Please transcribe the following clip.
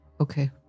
Okay